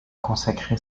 consacré